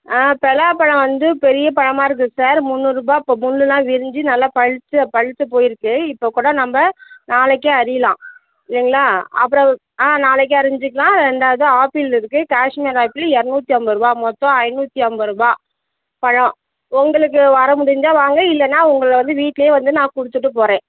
ஆ பெலாப்பழம் வந்து பெரிய பழமாக இருக்குது சார் முந்நூறுரூபா இப்போ முள்ளுலாம் விரிஞ்சு நல்லா பழுத்து பழுத்து போய்ருக்கு இப்போ கூட நம்ம நாளைக்கே அரியலாம் சரிங்களா அப்புறம் ஆ நாளைக்கே அரிஞ்சுக்கலாம் ரெண்டாவது ஆப்பிள் இருக்குது காஷ்மீர் ஆப்பிள் இரநூத்தி ஐம்பது ரூபாய் மொத்தம் ஐநூற்றி ஐம்பது ரூபாய் பழம் உங்களுக்கு வர முடிஞ்சா வாங்க இல்லைன்னா உங்கள் வந்து வீட்டுலே வந்து நான் கொடுத்துட்டு போகிறேன்